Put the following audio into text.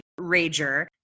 rager